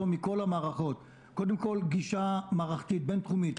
מכל המערכות: קודם כל גישה מערכתית בין תחומית.